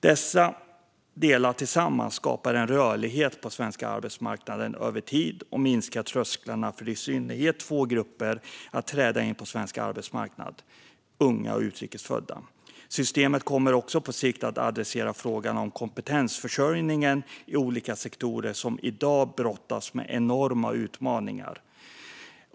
Dessa delar tillsammans skapar en rörlighet på den svenska arbetsmarknaden över tid och minskar trösklarna för i synnerhet två grupper att träda in på svensk arbetsmarknad: unga och utrikes födda. Systemet kommer också på sikt att adressera frågan om kompetensförsörjningen i olika sektorer som i dag brottas med enorma utmaningar.